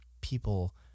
people